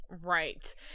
Right